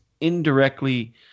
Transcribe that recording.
indirectly